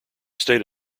state